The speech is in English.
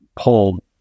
pulled